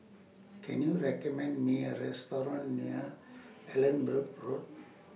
Can YOU recommend Me A Restaurant near Allanbrooke Road